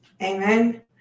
Amen